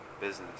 business